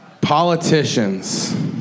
Politicians